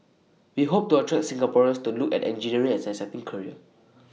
we hope to attract Singaporeans to look at engineering as an exciting career